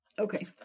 okay